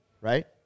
right